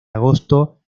agosto